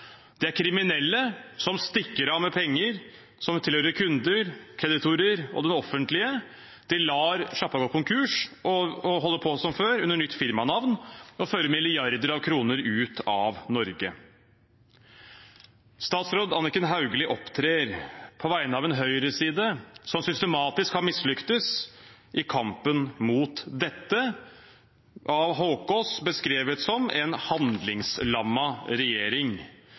De er kriminelle som stikker av med penger som tilhører kunder, kreditorer og det offentlige. De lar sjappa gå konkurs og holder på som før under nytt firmanavn og fører milliarder av kroner ut av Norge. Statsråden Anniken Hauglie opptrer på vegne av en høyreside som systematisk har mislyktes i kampen mot dette, av Haakaas beskrevet som en handlingslammet regjering.